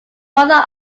mother